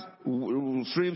streams